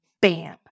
bam